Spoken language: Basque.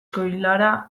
koilara